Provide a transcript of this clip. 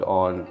on